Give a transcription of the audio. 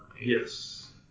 yes